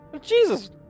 Jesus